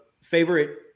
favorite